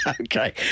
okay